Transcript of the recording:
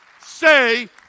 say